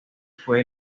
fue